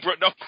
no